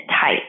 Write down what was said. type